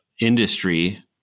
industry